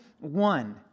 one